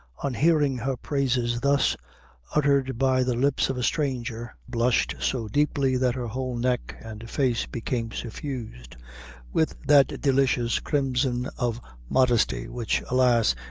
on hearing her praises thus uttered by the lips of a stranger, blushed so deeply, that her whole neck and face became suffused with that delicious crimson of modesty which, alas!